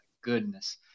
goodness